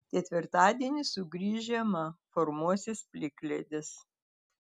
ketvirtadienį sugrįš žiema formuosis plikledis